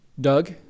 Doug